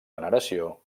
veneració